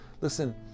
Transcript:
Listen